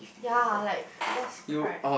ya like I just cry